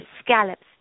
scallops